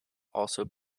also